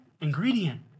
Ingredient